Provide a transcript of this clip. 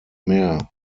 mehr